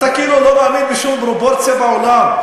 אתה כאילו לא מאמין בשום פרופורציה בעולם?